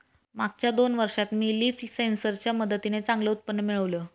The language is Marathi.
मागच्या दोन वर्षात मी लीफ सेन्सर च्या मदतीने चांगलं उत्पन्न मिळवलं